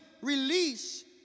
release